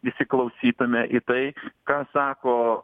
įsiklausytume į tai ką sako